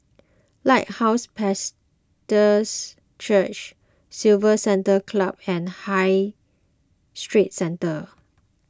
Lighthouse Church Civil Center Club and High Street Centre